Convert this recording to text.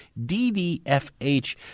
ddfh